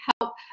help